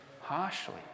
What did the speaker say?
harshly